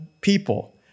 people